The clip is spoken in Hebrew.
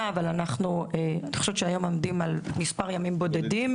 אבל אני חושבת שהיום אנחנו עומדים על מספר ימים בודדים.